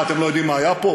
מה, אתם לא יודעים מה היה פה?